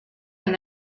and